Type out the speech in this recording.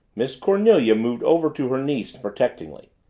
miss cornelia moved over to her niece protectingly.